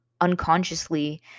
unconsciously